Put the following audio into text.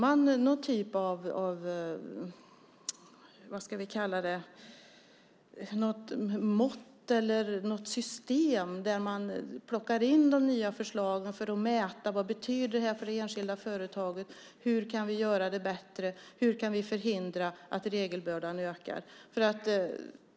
Finns det någon typ av mått eller system där de nya förslagen plockas in för att mäta vad de betyder för det enskilda företaget, hur det kan bli bättre och förhindra att regelbördan ökar?